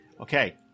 okay